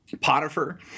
Potiphar